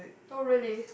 oh really